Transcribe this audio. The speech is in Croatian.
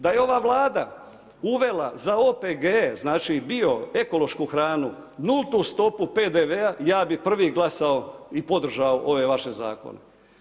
Da je ova Vlada uvela za OPG, znači bio, ekološku hranu nultu stopu PDV-a, ja bih prvi glasao i podržao ove vaše zakone.